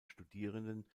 studierenden